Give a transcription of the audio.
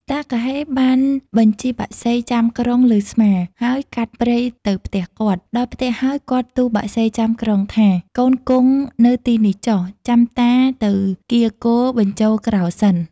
តាគហ៊េបានបញ្ជិះបក្សីចាំក្រុងលើស្មា ដើរកាត់ព្រៃទៅផ្ទះគាត់ ដល់ផ្ទះហើយ គាត់ទូលបក្សីចាំក្រុងថា "កូនគង់នៅទីនេះចុះ ចាំតាទៅកៀរគោបញ្ចូល ក្រោលសិន"។